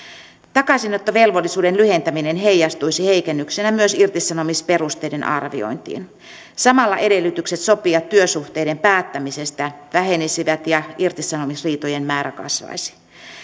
takaisinottovelvollisuuden lyhentäminen heijastuisi heikennyksenä myös irtisanomisperusteiden arviointiin samalla edellytykset sopia työsuhteiden päättämisestä vähenisivät ja irtisanomisriitojen määrä kasvaisi